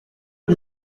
que